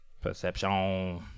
Perception